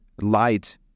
light